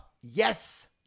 Yes